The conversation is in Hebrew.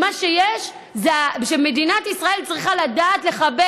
מה שיש זה שמדינת ישראל צריכה לדעת לכבד